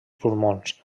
pulmons